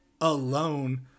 alone